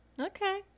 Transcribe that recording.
okay